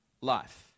life